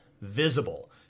visible